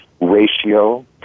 ratio